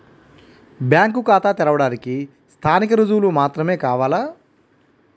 Bank ఖాతా తెరవడానికి స్థానిక రుజువులు మాత్రమే కావాలా?